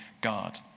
God